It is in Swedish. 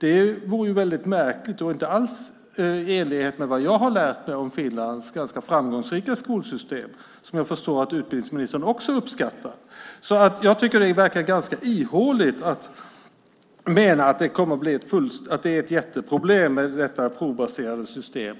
Det vore väldigt märkligt och inte alls i enlighet med vad jag har lärt mig om Finlands ganska framgångsrika skolsystem, som jag förstår att utbildningsministern också uppskattar. Jag tycker att det verkar ganska ihåligt att mena att det blir ett jätteproblem med ett provbaserat system.